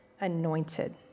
anointed